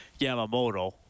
Yamamoto